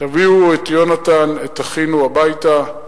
תביאו את יונתן, את אחינו, הביתה,